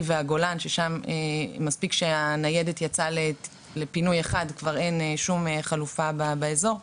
והגולן ששם מספיק שהניידת יצאה לפינוי אחד כבר אין שום חלופה באזור,